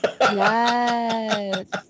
Yes